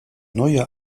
neue